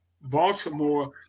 Baltimore